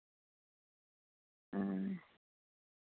ᱦᱮᱸ